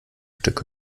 stück